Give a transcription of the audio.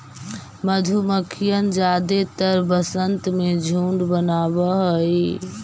मधुमक्खियन जादेतर वसंत में झुंड बनाब हई